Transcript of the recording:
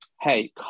hey